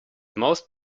most